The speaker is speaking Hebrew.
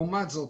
לעומת זאת,